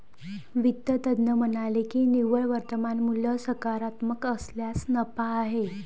वित्त तज्ज्ञ म्हणाले की निव्वळ वर्तमान मूल्य सकारात्मक असल्यास नफा आहे